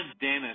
Dennis